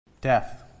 death